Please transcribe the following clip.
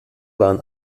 waren